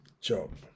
job